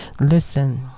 listen